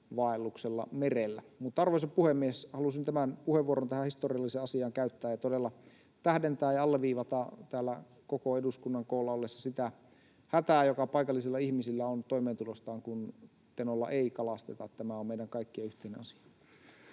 syönnösvaelluksella merellä. Mutta, arvoisa puhemies, halusin tämän puheenvuoron tähän historialliseen asiaan käyttää ja todella tähdentää ja alleviivata täällä koko eduskunnan koolla ollessa sitä hätää, joka paikallisilla ihmisillä on toimeentulostaan, kun Tenolla ei kalasteta. Tämä on meidän kaikkien yhteinen asia.